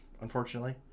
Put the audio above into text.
unfortunately